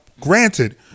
granted